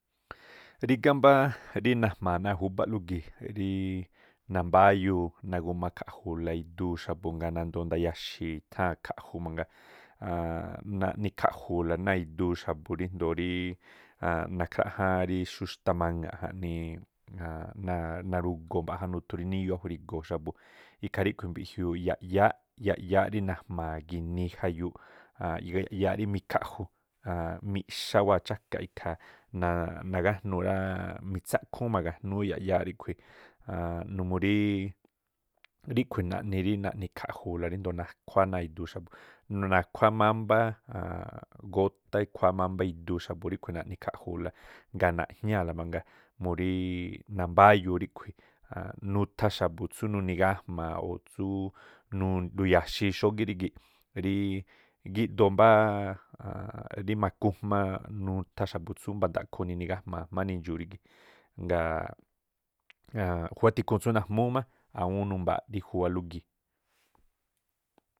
Rígá mbáá rí najma̱a̱ náa̱ júbálú gii̱ rí nambáyuu nagu̱ma khaꞌju̱u̱la iduu x̱abu̱ ngaa̱ nandoo̱ ndaya̱xi̱ i̱tháa̱n khaꞌju mangaa naꞌni khaꞌjuu̱ la náa̱ iduu xa̱bu̱ ríndoo̱. rí nakhrájáán ri xú xtá ma̱ŋa̱ꞌ jaꞌnii. narugoo mbaꞌja nuthu rí níyoo ákhrui̱go̱o̱ xa̱bu̱ ikhaa ríꞌkhui̱ mbiꞌjiuu yaꞌyááꞌ ri najmaa gi̱nii jaꞌyuuꞌ yaꞌyááꞌ rí mikhaꞌju a̱a̱n miꞌxá wáa̱ chákaꞌ ikhaa naaꞌ- nagájnuu- ráá, mitsákhúún ma̱ga̱jnúú yaꞌyááꞌ ríkhui̱ numuu rií ríꞌkhui̱ naꞌni rí naꞌni khaꞌju̱u̱la ríndoo̱ nakhuáá náa̱ iduu xa̱bu̱. Nakhuáá mámbá gótá ekhuáá mámbá iduu xa̱bu̱ ríꞌkhui̱ naꞌni khaju̱u̱la. Ngaa̱ naꞌjñáa̱ꞌla mangaa muríí nambáyuu ríꞌkhui̱ a̱nꞌ nutha xa̱bu̱ tsú nuni̱gajma̱a̱ o̱ tsú nu- ndu̱ya̱xii̱- xógí rígi̱ꞌ ríi giꞌdoo mbáá rí makujma̱ nutha xa̱bu̱ tsú mbandaꞌkhoo nini gajma̱a̱ jma̱a nindxuu rígi̱. Ngaa̱ júwá tikhuun tsú najmúú má, awúún numbaa̱ rí juwalú gii̱.